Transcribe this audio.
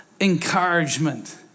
encouragement